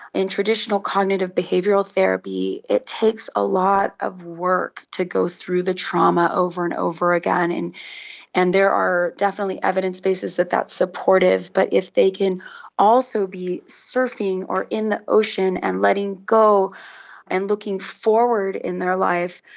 in traditional cognitive behavioural therapy it takes a lot of work to go through the trauma over and over again, and and there are definitely evidence bases that that is supportive, but if they can also be surfing or in the ocean and letting go and looking forward in their life,